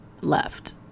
left